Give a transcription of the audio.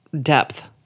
depth